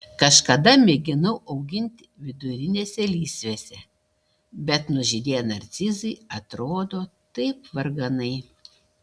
kažkada mėginau auginti vidurinėse lysvėse bet nužydėję narcizai atrodo taip varganai